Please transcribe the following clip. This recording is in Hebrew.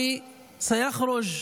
אומר?